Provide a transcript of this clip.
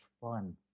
fun